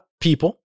people